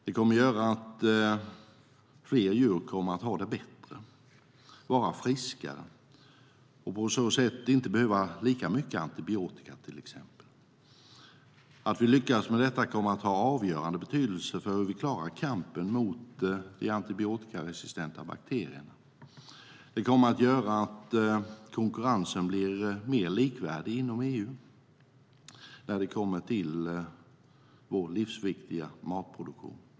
Det kommer att göra att fler djur kommer att ha det bättre och vara friskare och på så sätt inte behöva lika mycket antibiotika till exempel. Att vi lyckas med detta kommer att ha avgörande betydelse för hur vi klarar kampen mot de antibiotikaresistenta bakterierna. Det kommer att göra att konkurrensen blir mer likvärdig inom EU när det kommer till vår livsviktiga matproduktion.